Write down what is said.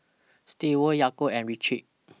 Stewart Yaakov and Richie